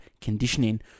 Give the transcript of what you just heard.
conditioning